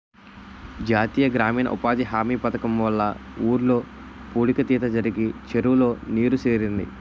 జాతీయ గ్రామీణ ఉపాధి హామీ పధకము వల్ల ఊర్లో పూడిక తీత జరిగి చెరువులో నీరు సేరింది